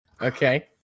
Okay